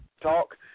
talk